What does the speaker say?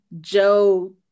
Joe